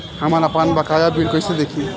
हम आपनबकाया बिल कइसे देखि?